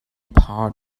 part